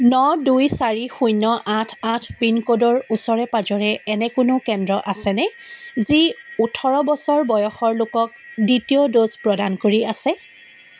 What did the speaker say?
ন দুই চাৰি শূন্য আঠ আঠ পিনক'ডৰ ওচৰে পাঁজৰে এনে কোনো কেন্দ্ৰ আছেনে যি ওঁঠৰ বছৰ বয়সৰ লোকক দ্বিতীয় ড'জ প্ৰদান কৰি আছে